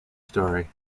story